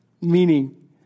meaning